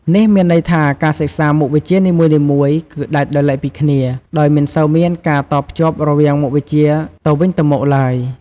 នេះមានន័យថា ការសិក្សាមុខវិជ្ជានីមួយៗគឺ ដាច់ដោយឡែកពីគ្នា ដោយមិនសូវមានការតភ្ជាប់រវាងមុខវិជ្ជាទៅវិញទៅមកឡើយ។